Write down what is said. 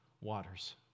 waters